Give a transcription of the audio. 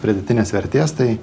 pridėtinės vertės tai